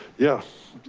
yes.